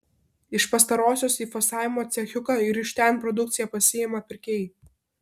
iš pastarosios į fasavimo cechiuką ir iš ten produkciją pasiima pirkėjai